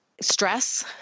stress